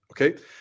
okay